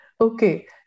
Okay